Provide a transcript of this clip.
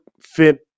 fit